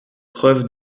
preuves